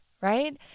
right